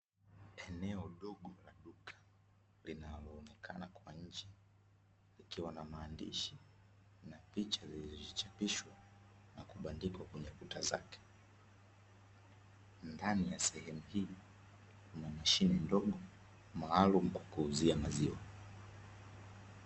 Eneo dogo la duka linaloonekana kwa nje, likiwa na maandishi na picha zilizochapishwa na kubandikwa kwenye kuta zake. Ndani ya sehemu hii, kuna mashine ndogo maalumu ya kuuzia maziwa.